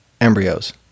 embryos